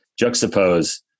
juxtapose